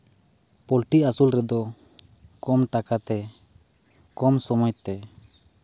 poultry ᱟᱹᱥᱩᱞ ᱨᱮᱫᱚ ᱠᱚᱢ ᱴᱟᱠᱟᱛᱮ ᱠᱚᱢ ᱥᱚᱢᱚᱭ ᱛᱮ